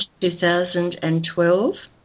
2012